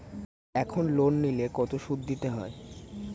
এখন লোন নিলে কত সুদ দিতে হয়?